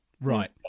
Right